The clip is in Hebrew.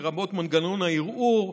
לרבות מנגנון הערעור,